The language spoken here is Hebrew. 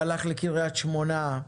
שהלך לקריית שמונה,